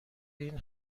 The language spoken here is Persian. این